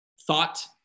thought